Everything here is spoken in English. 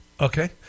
okay